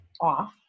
off